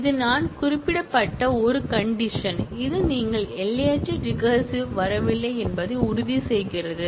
இது நான் குறிப்பிடப்பட்ட ஒரு கண்டிஷன் இது நீங்கள் எல்லையற்ற ரிகரசிவ் வரவில்லை என்பதை உறுதி செய்கிறது